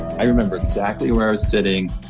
i remember exactly where i was sitting,